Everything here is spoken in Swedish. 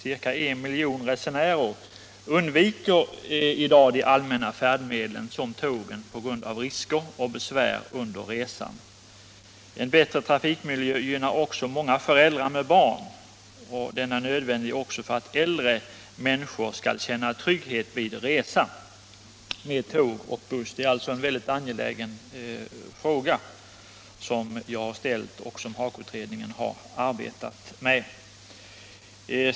Ca en miljon resenärer undviker i dag allmänna färdmedel såsom tåg på grund av risker och besvär under resan. En bättre trafikmiljö gynnar också många föräldrar med barn. En sådan är nödvändig även för att äldre människor skall känna trygghet under resa med tåg och buss. Det är alltså en mycket angelägen fråga som jag har ställt och som HAKO-utredningen har arbetat med.